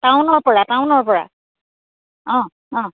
টাউনৰ পৰা টাউনৰ পৰা অঁ অঁ